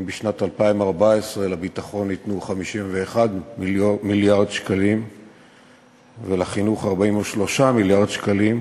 אם בשנת 2014 ניתנו לביטחון 51 מיליארד שקלים ולחינוך 43 מיליארד שקלים,